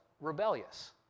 rebellious